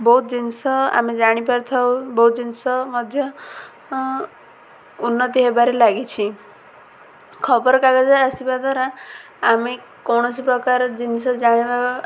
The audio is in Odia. ବହୁତ ଜିନିଷ ଆମେ ଜାଣିପାରି ଥାଉ ବହୁତ ଜିନିଷ ମଧ୍ୟ ଉନ୍ନତି ହେବାରେ ଲାଗିଛି ଖବରକାଗଜ ଆସିବା ଦ୍ୱାରା ଆମେ କୌଣସି ପ୍ରକାର ଜିନିଷ ଜାଣିବା